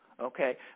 Okay